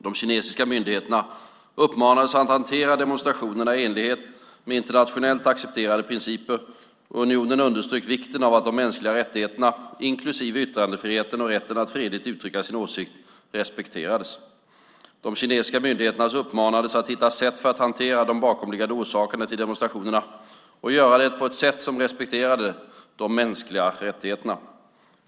De kinesiska myndigheterna uppmanades att hantera demonstrationerna i enlighet med internationellt accepterade principer. Unionen underströk vikten av att de mänskliga rättigheterna, inklusive yttrandefriheten och rätten att fredligt uttrycka sin åsikt, respekterades. De kinesiska myndigheterna uppmanades att hitta sätt för att hantera de bakomliggande orsakerna till demonstrationerna och göra det på ett sätt som respekterar de mänskliga rättigheterna.